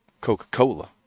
Coca-Cola